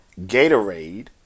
Gatorade